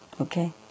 okay